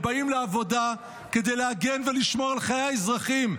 הם באים לעבודה כדי להגן ולשמור על חיי האזרחים.